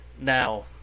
Now